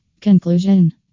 Conclusion